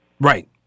Right